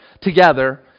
together